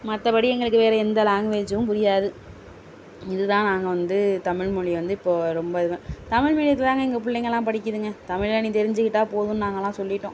மற்றபடி எங்களுக்கு வேறு எந்த லாங்குவேஜும் புரியாது இதுதான் நாங்கள் வந்து தமிழ் மொழியை வந்து இப்போது ரொம்பவும் தமிழ் மீடியத்தில்தாங்க எங்க பிள்ளைங்களாம் படிக்கிதுங்க தமிழை நீ தெரிஞ்சிகிட்டால் போதும்னு நாங்களெலாம் சொல்லிட்டோம்